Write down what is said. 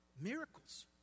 miracles